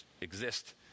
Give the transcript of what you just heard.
exist